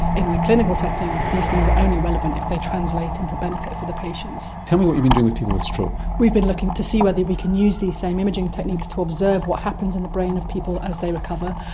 in the clinical setting these things are only relevant if they translate into benefit for the patients. tell me what you've been doing with people with stroke. we've been looking to see whether we can use these same imaging techniques to observe what happens in the brain of people as they recover,